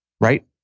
right